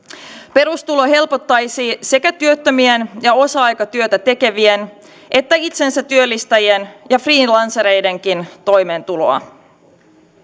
perustulo helpottaisi sekä työttömien ja osa aikatyötä tekevien että itsensätyöllistäjien ja freelancereidenkin toimeentuloa